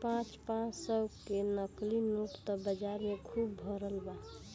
पाँच पाँच सौ के नकली नोट त बाजार में खुब भरल बा